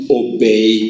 obey